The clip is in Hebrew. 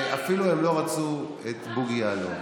והם אפילו לא רצו את בוגי יעלון,